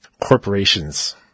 Corporations